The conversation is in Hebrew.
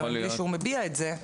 גם בלי שהוא מביע את זה,